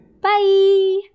Bye